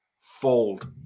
fold